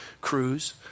Cruz